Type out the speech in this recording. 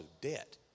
debt